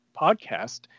podcast